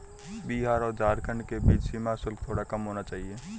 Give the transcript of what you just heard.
बिहार और झारखंड के बीच सीमा शुल्क थोड़ा कम होना चाहिए